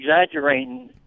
exaggerating